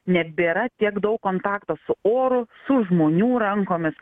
nebėra tiek daug kontakto su oru su žmonių rankomis